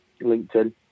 LinkedIn